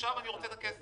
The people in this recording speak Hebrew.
ועכשיו הוא רוצה את הכסף.